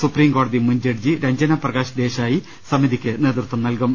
supreme കോടതി മുൻ judge രഞ്ജനപ്രകാശ് Desai സമിതിക്ക് നേതൃത്വം നൽകും